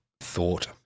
thought